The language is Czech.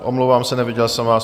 Omlouvám se, neviděl jsem vás.